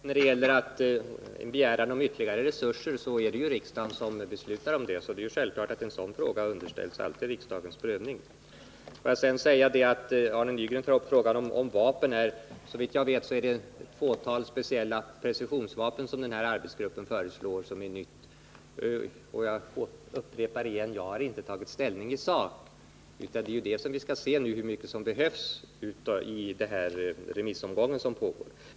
Herr talman! Det är riksdagen som beslutar om tilldelning av ytterligare resurser, så det är självklart att en sådan fråga alltid underställs riksdagens prövning. Arne Nygren tar upp frågan om vapen. Såvitt jag vet är det ett fåtal speciella precisionsvapen arbetsgruppen föreslår. Jag upprepar att jag inte tagit ställning isak, utan vi skall genom den pågående remissomgången se hur mycket som behövs.